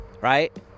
right